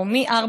מ-16:00,